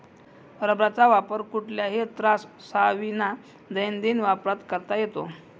रबराचा वापर कुठल्याही त्राससाविना दैनंदिन वापरात करता येतो